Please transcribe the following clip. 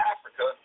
Africa